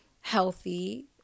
healthy